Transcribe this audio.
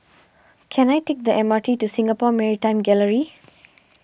can I take the M R T to Singapore Maritime Gallery